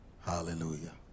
Hallelujah